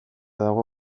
dago